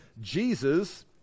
Jesus